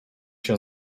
się